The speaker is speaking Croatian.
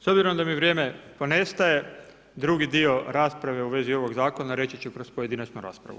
S obzirom da mi vrijeme ponestaje, drugi dio rasprave u vezi ovog zakona reći ću kroz pojedinačnu raspravu.